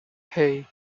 hey